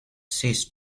ceased